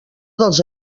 dels